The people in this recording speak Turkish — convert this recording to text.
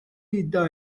iddia